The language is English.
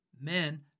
Men